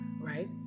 right